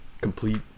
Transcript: complete